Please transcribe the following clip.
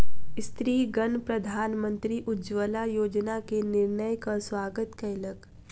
स्त्रीगण प्रधानमंत्री उज्ज्वला योजना के निर्णयक स्वागत कयलक